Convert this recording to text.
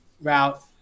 route